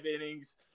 innings